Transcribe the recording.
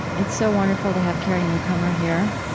it's so wonderful to have carrie newcomer here.